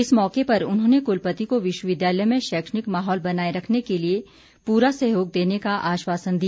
इस मौके पर उन्होंने कुलपति को विश्वविद्यालय में शैक्षणिक माहौल बनाए रखने के लिए पूरा सहयोग देने का आश्वासन दिया